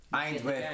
Ainsworth